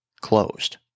closed